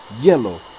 yellow